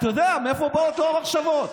אתה יודע: מאיפה באות לו המחשבות.